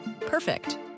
Perfect